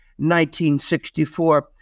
1964